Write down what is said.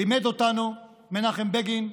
לימד אותנו מנחם בגין.